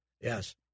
Yes